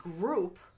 group